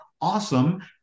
awesome